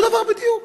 אותו דבר בדיוק.